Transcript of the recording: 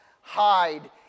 hide